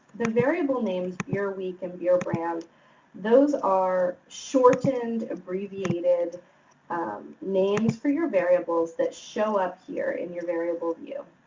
the variable names beerweek and beerbrnd, those are shortened, abbreviated names for your variables that show up here in your variable view.